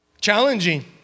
challenging